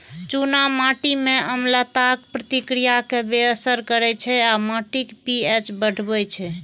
चूना माटि मे अम्लताक प्रतिक्रिया कें बेअसर करै छै आ माटिक पी.एच बढ़बै छै